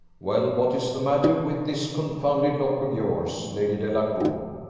well! what is the matter with this confounded lock of yours, lady delacour?